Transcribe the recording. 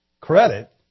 credit